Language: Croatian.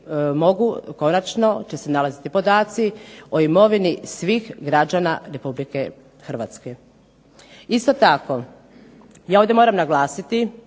konačno će se nalaziti podaci o imovini svih građana RH. Isto tako ja ovdje moram naglasiti